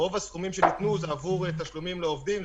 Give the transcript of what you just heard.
רוב הסכומים שניתנו הם עבור תשלומים לעובדים.